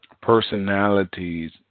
personalities